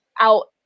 out